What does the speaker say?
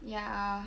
ya